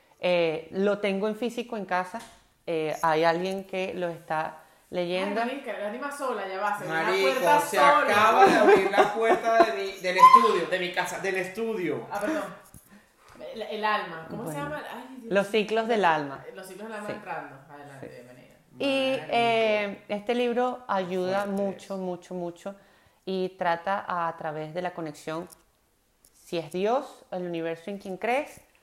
Eh, lo tengo en físico en casa. Eh, hay alguien que lo está leyendo. Ay, marica, la anima sola, ya va, se abrió la Marica, puerta se sola. acaba de abrir la puerta de mi- del estudio, de mi casa, del estudio. Ah, perdón. El- el alma, ¿cómo se Bueno, llama? Ay, Dios. los ciclos del alma. Los ciclos del alma Sí. entrando. Adelante, Sí. bienvenida. Y, Maravilla. eh, este libro ayuda Artes. mucho, mucho, mucho y trata a- a través de la conexión, si es Dios, el universo en quien crees,